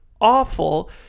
awful